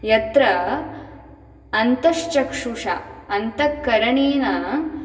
यत्र अन्तश्चक्षुषा अन्तःकरणेन